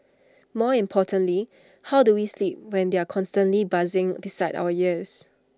more importantly how do we sleep when they are constantly buzzing beside our ears